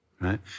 right